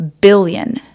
billion